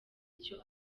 icyo